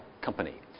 company